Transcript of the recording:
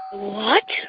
what?